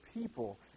people